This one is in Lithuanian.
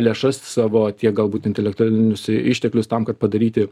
lėšas savo tiek galbūt intelektualinius išteklius tam kad padaryti